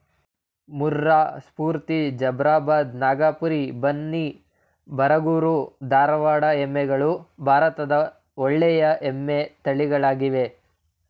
ಮುರ್ರಾ, ಸ್ಪೂರ್ತಿ, ಜಫ್ರಾಬಾದ್, ನಾಗಪುರಿ, ಬನ್ನಿ, ಬರಗೂರು, ಧಾರವಾಡ ಎಮ್ಮೆಗಳು ಭಾರತದ ಒಳ್ಳೆಯ ಎಮ್ಮೆ ತಳಿಗಳಾಗಿವೆ